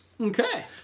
Okay